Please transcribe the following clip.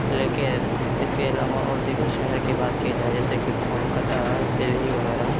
لیکن اِس کے علاوہ اور دیگر شہر کی بات کی جائے جیسے کہ کولکاتہ دلّی وغیرہ